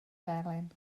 felyn